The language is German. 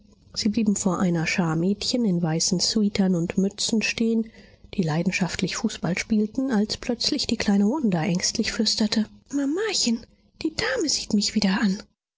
sie blieben vor einer schar mädchen in weißen sweatern und mützen stehen die leidenschaftlich fußball spielten als plötzlich die kleine wanda ängstlich flüsterte mamachen die dame sieht mich wieder an